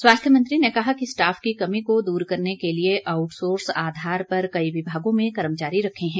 स्वास्थ्य मंत्री ने कहा कि स्टाफ की कमी को दूर करने के लिए आउटसोर्स आधार पर कई विभागों में कर्मचारी रखे हैं